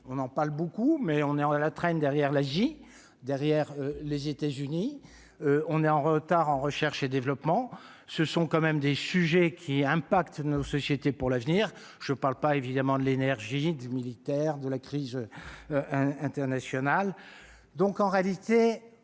on en parle beaucoup mais on est à la traîne derrière la, derrière les États-Unis, on est en retard en recherche et développement, ce sont quand même des sujets qui impacte nos sociétés pour l'avenir, je parle pas évidemment de l'énergie du militaire de la crise internationale, donc en réalité